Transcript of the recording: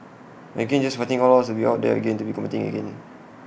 again just fighting all odds to be out there again to be competing again